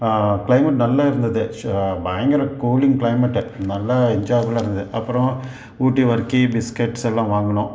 climate நல்லா இருந்தது பயங்கர கூலிங் க்ளைமேட்டு நல்லா என்ஜாயபுல்லா இருந்தது அப்புறம் ஊட்டி வரிக்கி பிஸ்கட்ஸ் எல்லாம் வாங்கினோம்